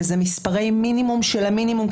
ואלה מספרים מינימום של המינימום,